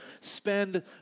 spend